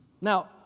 now